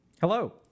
Hello